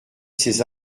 ces